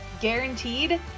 guaranteed